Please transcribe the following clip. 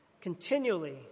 Continually